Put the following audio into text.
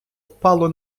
впало